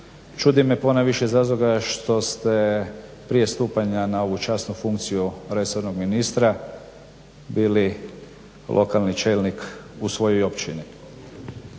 Čudi me ponajviše iz razloga što ste prije stupanja na ovu časnu funkciju resornog ministra bili lokalni čelnik u svojoj općini.